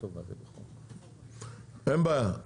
בסדר גמור, אין בעיה.